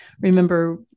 remember